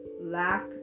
lack